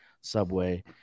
Subway